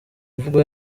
mvugo